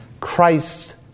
Christ